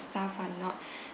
our staff are not